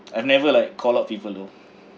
I've never like called out people though